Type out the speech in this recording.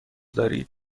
دارید